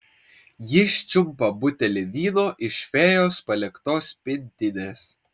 jis čiumpa butelį vyno iš fėjos paliktos pintinės